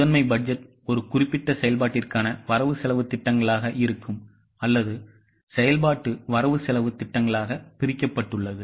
முதன்மை பட்ஜெட் ஒரு குறிப்பிட்ட செயல்பாட்டிற்கான வரவு செலவுத் திட்டங்களாக இருக்கும் அல்லது செயல்பாட்டு வரவு செலவுத் திட்டங்களாக பிரிக்கப்பட்டுள்ளது